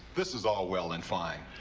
this is all well and fine.